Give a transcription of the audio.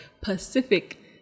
pacific